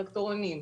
טרקטורונים.